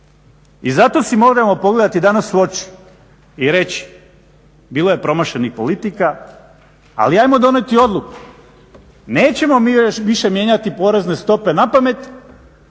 I zato si moramo pogledati danas u oči i reći bilo je promašenih politika, ali ajmo donijeti odluku. Nećemo mi više mijenjati porezne stope napamet